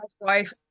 wife